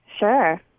Sure